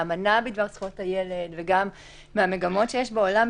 האמנה בדבר זכויות הילד וגם המגמות שיש בעולם,